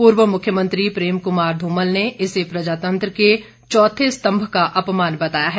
पूर्व मुख्यमंत्री प्रेम कुमार ध्रमल ने इसे प्रजातंत्र के चौथे स्तम्भ का अपमान बताया है